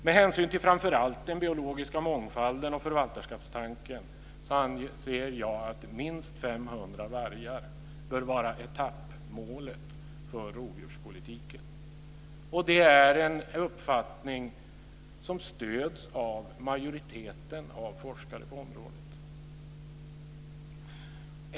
Med hänsyn till framför allt den biologiska mångfalden och förvaltarskapstanken anser jag att minst 500 vargar bör vara etappmålet för rovdjurspolitiken. Det är en uppfattning som stöds av majoriteten av forskare på området.